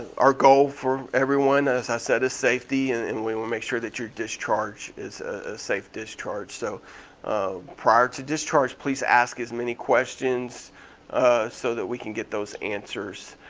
our goal for everyone, as i said, is safety, and and we wanna make sure that your discharge is a safe discharge. so um prior to discharge please ask as many questions so that we can get those answers.